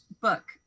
book